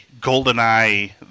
GoldenEye